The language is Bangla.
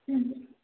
হুম